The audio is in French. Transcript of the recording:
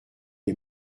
des